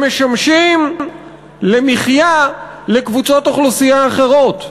שמשמשים למחיה לקבוצות אוכלוסייה אחרות?